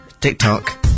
TikTok